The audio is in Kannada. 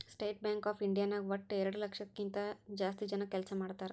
ಸ್ಟೇಟ್ ಬ್ಯಾಂಕ್ ಆಫ್ ಇಂಡಿಯಾ ನಾಗ್ ವಟ್ಟ ಎರಡು ಲಕ್ಷದ್ ಕಿಂತಾ ಜಾಸ್ತಿ ಜನ ಕೆಲ್ಸಾ ಮಾಡ್ತಾರ್